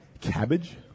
Cabbage